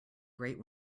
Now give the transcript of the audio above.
great